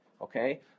okay